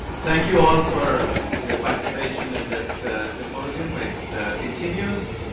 thank you all for your participation in this symposium. it continues.